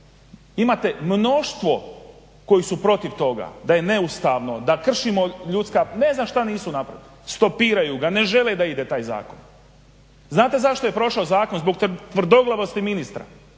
imate mnoštvo koji su protiv toga, da je neustavno, da kršimo ljudska, ne znam što nisu napravili, stopiraju ga, ne žele da ide taj zakon. Znate zašto je prošao zakon, zbog tvrdoglavosti ministra